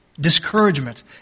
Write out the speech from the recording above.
discouragement